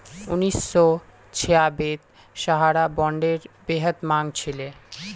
उन्नीस सौ छियांबेत सहारा बॉन्डेर बेहद मांग छिले